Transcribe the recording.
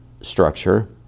structure